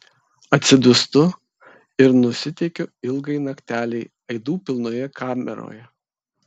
atsidūstu ir nusiteikiu ilgai naktelei aidų pilnoje kameroje